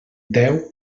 deu